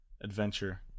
adventure